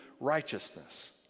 righteousness